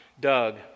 Doug